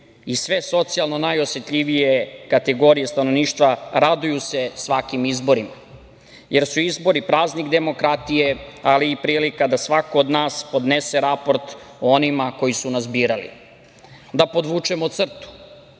i sve socijalno najosetljivije kategorije stanovništva, raduju se svakim izborima, jer su izbori praznik demokratije, ali i prilika da svako od nas podnese raport onima koji su nas birali, da podvučemo crtu,